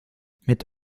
mit